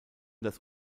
das